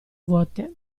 vuote